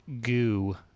goo